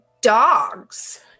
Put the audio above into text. dogs